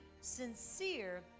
sincere